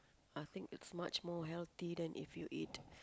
I think it's much more healthier than if you eat